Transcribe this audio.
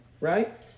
right